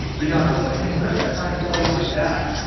you know? and i was like, man, where can i find a plugin like that?